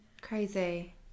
Crazy